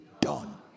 done